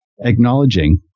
Acknowledging